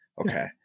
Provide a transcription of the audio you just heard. Okay